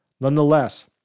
Nonetheless